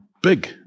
big